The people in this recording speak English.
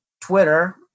Twitter